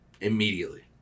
immediately